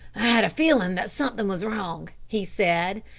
i had a feeling that something was wrong, he said,